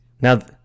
Now